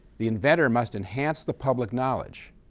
the inventor must enhance the public knowledge,